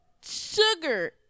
sugar